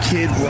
Kid